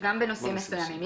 גם בנושאים מסוימים.